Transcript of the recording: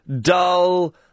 dull